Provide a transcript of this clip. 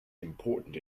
important